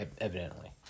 evidently